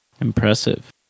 Impressive